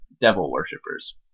devil-worshippers